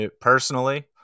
personally